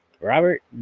Robert